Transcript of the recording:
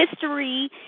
history